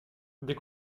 des